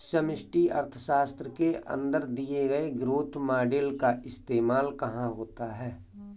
समष्टि अर्थशास्त्र के अंदर दिए गए ग्रोथ मॉडेल का इस्तेमाल कहाँ होता है?